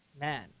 Man